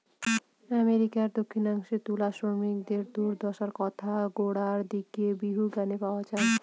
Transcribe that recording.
আমেরিকার দক্ষিনাংশে তুলা শ্রমিকদের দূর্দশার কথা গোড়ার দিকের বহু গানে পাওয়া যায়